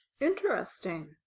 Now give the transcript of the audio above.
interesting